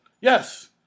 Yes